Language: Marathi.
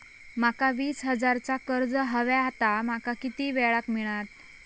माका वीस हजार चा कर्ज हव्या ता माका किती वेळा क मिळात?